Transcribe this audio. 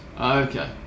okay